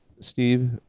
Steve